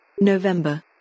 November